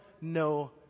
no